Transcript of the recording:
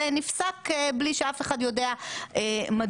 ונפסק בלי שאף אחד יודע מדוע.